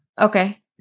Okay